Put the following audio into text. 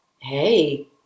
Hey